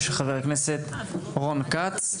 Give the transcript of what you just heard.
של חבר הכנסת רון כץ.